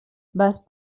vas